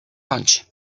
punch